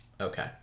Okay